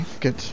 good